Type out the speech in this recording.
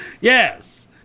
yes